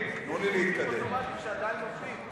אוטומטים שעדיין עובדים,